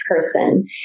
person